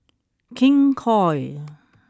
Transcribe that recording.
King Koil